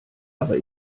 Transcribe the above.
aber